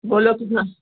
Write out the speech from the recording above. बोलो कितना